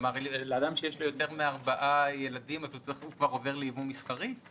כלומר אדם שיש לו יותר מארבעה ילדים עובר כבר לייבוא מסחרי?